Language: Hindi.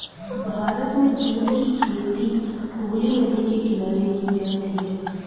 भारत में जूट की खेती हुगली नदी के किनारे की जाती है